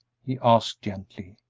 he asked, gently.